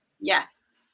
Yes